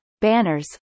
banners